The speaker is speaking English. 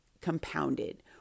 compounded